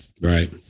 Right